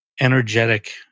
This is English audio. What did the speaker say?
energetic